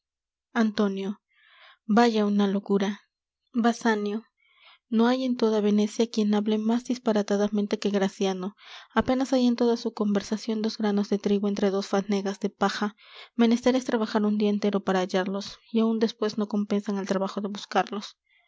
antonio vaya una locura basanio no hay en toda venecia quien hable más disparatadamente que graciano apenas hay en toda su conversacion dos granos de trigo entre dos fanegas de paja menester es trabajar un dia entero para hallarlos y aún despues no compensan el trabajo de buscarlos